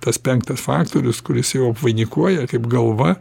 tas penktas faktorius kuris jau apvainikuoja kaip galva